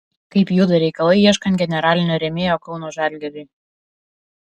kaip juda reikalai ieškant generalinio rėmėjo kauno žalgiriui